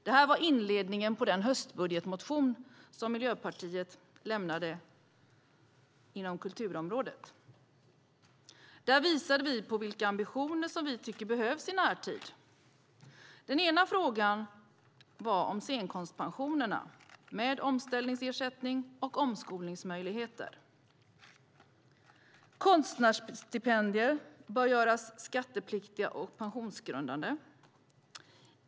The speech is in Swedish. Detta var inledningen på den höstbudgetmotion som Miljöpartiet lämnade på kulturområdet. Där visade vi på vilka ambitioner som vi tycker behövs i närtid. En fråga gällde scenkonstpensionerna, med omställningsersättning och omskolningsmöjligheter. Konstnärsstipendier bör göras skattepliktiga och pensionsgrundande.